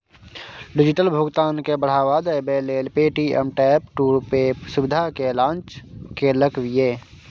digital भुगतान केँ बढ़ावा देबै लेल पे.टी.एम टैप टू पे सुविधा केँ लॉन्च केलक ये